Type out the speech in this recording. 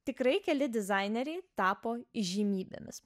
tikrai keli dizaineriai tapo įžymybėmis